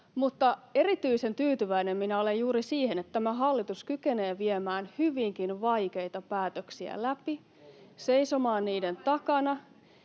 Mutta erityisen tyytyväinen minä olen juuri siihen, että tämä hallitus kykenee viemään hyvinkin vaikeita päätöksiä läpi, [Vasemmalta: